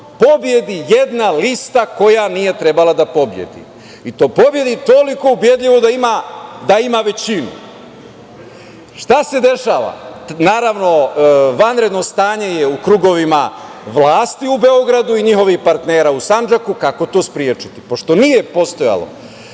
Pobedi jedna lista koja nije trebala da pobedi i to pobedi toliko ubedljivo da ima većinu. Šta se dešava? Naravno, vanredno stanje je u krugovima vlasti u Beogradu i njihovih partnera u Sandžaku kako to sprečiti. Pošto nije postojalo